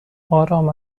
آرام